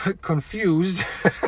Confused